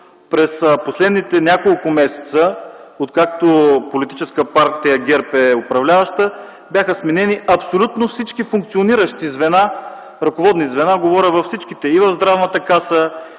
през последните няколко месеца, откакто политическа партия ГЕРБ е управляваща, бяха сменени абсолютно всички функциониращи ръководни звена. Говоря за всичките – и в Здравната каса,